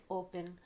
open